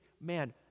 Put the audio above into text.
man